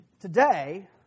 today